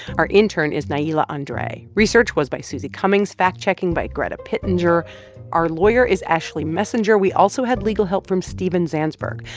our intern is niyila andre. research was by susie cummings, fact-checking by greta pittenger our lawyer is ashley messenger. we also had legal help from steven zansberg.